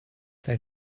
they